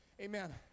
Amen